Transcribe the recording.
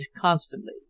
constantly